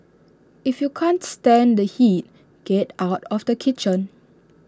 if you can't stand the heat get out of the kitchen